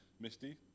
Misty